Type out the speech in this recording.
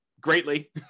greatly